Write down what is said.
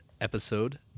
episode